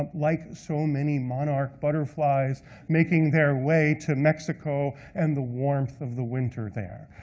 like so many monarch butterflies making their way to mexico and the warmth of the winter there.